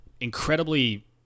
incredibly